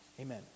Amen